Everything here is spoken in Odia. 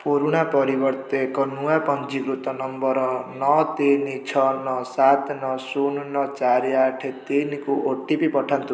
ପୁରୁଣା ପରିବର୍ତ୍ତେ ଏକ ନୂଆ ପଞ୍ଜୀକୃତ ନମ୍ବର୍ ନଅ ତିନି ଛଅ ନଅ ସାତ ନଅ ଶୂନ ନଅ ଚାରି ଆଠ ତିନିକୁ ଓ ଟି ପି ପଠାନ୍ତୁ